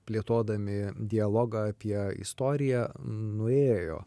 plėtodami dialogą apie istoriją nuėjo